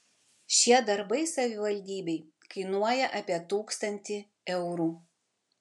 šie darbai savivaldybei kainuoja apie tūkstantį eurų